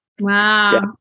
Wow